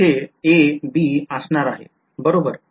तिथे a b असणार आहे बरोबर